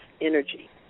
energy